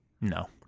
No